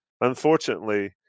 unfortunately